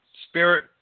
Spirit